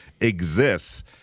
exists